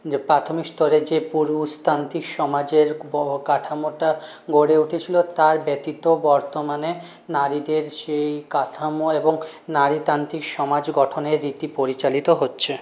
যে প্রাথমিক স্তরে যে পুরুষতান্ত্রিক সমাজের কাঠামোটা গড়ে উঠেছিল তার ব্যতীত বর্তমানে নারীদের সেই কাঠামো এবং নারীতান্ত্রিক সমাজ গঠনের রীতি পরিচালিত হচ্ছে